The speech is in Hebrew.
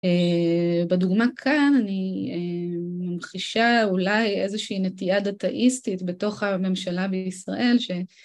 בדוגמא כאן אני ממחישה אולי איזושהי נטייה דטאיסטית בתוך הממשלה בישראל ש...